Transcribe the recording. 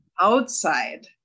outside